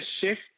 shift